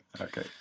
okay